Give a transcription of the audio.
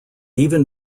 even